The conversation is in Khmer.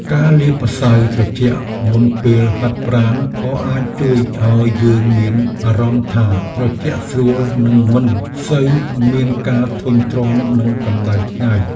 ការលាបម្សៅត្រជាក់មុនពេលហាត់ប្រាណក៏អាចជួយឱ្យយើងមានអារម្មណ៍ថាត្រជាក់ស្រួលនិងមិនសូវមានការធុញទ្រាន់នឹងកម្តៅថ្ងៃ។